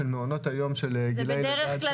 של מעונות היום של גילאי לידה עד 3. זה בדרך כלל